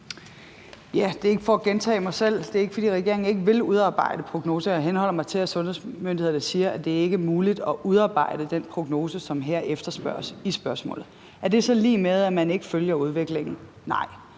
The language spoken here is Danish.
Det er ikke for at gentage mig selv: Det er ikke, fordi regeringen ikke vil udarbejde prognoser. Jeg henholder mig til, at sundhedsmyndighederne siger, at det ikke er muligt at udarbejde den prognose, som efterspørges her i spørgsmålet. Er det så lig med, at man ikke følger udviklingen? Nej,